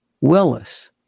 Willis